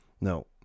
No